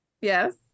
Yes